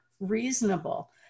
reasonable